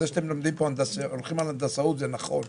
זה שאתם הולכים פה על הנדסאות זה נכון,